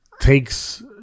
takes